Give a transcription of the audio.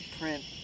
print